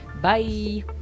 Bye